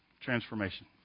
transformation